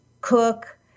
cook